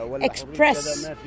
express